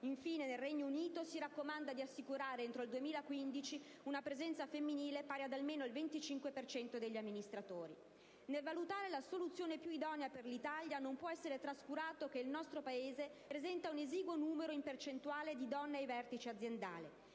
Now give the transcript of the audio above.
Infine, nel Regno Unito si raccomanda di assicurare entro il 2015 una presenza femminile pari ad almeno il 25 per cento degli amministratori. Nel valutare la soluzione più idonea per l'Italia, non può essere trascurato che il nostro Paese presenta un esiguo numero in percentuale di donne ai vertici aziendali.